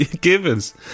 Givens